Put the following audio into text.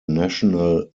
national